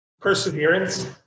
Perseverance